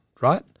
right